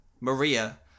Maria